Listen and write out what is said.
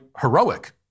heroic